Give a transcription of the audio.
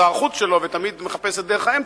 החוץ שלו ותמיד מחפש את דרך האמצע,